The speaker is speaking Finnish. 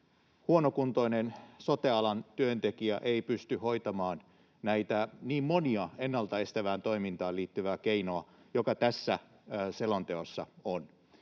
Huonokuntoinen sote-alan työntekijä ei pysty hoitamaan niin montaa ennaltaestävään toimintaan liittyvää keinoa kuin tässä selonteossa on.